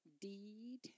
deed